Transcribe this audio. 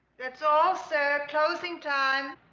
that's all sir closing time